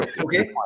Okay